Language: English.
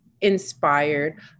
inspired